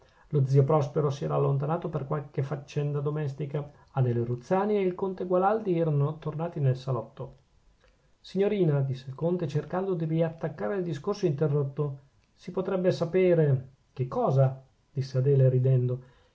lo zio prospero si era allontanato per qualche faccenda domestica adele ruzzani e il conte gualandi erano tornati nel salotto signorina disse il conte cercando di riattaccare il discorso interrotto si potrebbe sapere che cosa disse adele ridendo